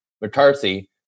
McCarthy